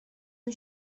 اون